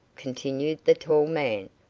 continued the tall man.